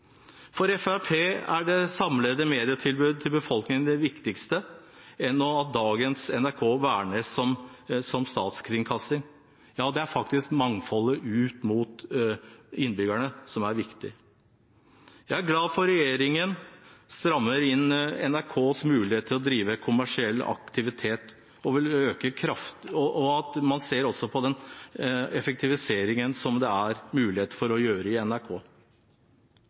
For Fremskrittspartiet er det samlede medietilbudet til befolkningen viktigere enn at dagens NRK vernes som statskringkasting. Det er faktisk mangfoldet ut til innbyggerne som er viktig. Jeg er glad for at regjeringen strammer inn NRKs mulighet til å drive kommersiell aktivitet, og at man også ser på den effektiviseringen som det er mulig å gjøre i NRK.